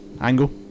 angle